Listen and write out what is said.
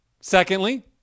secondly